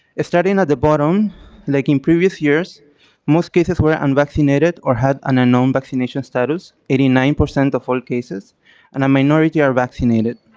starting at the bottom like in previous years most cases were unvaccinated or had an unknown vaccination status. eighty nine percent of all cases and a minority are vaccinated.